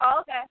okay